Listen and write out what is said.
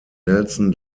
nelson